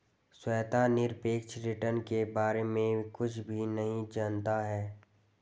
श्वेता निरपेक्ष रिटर्न के बारे में कुछ भी नहीं जनता है